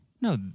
No